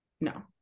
No